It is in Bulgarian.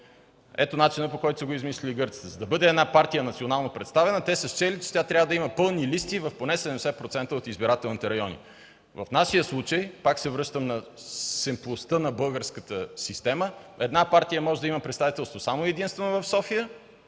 Ето начина по който са го измислили гърците – за да бъде една партия национално представена, те са счели, че тя трябва да има пълни листи в поне 70% от избирателните райони. В нашия случай – пак се връщам на семплостта на българската система – една партия може да има представителство само и единствено в София,